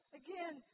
again